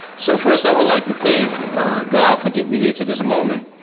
so first, i would like to thank god for getting me here to this moment.